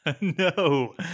No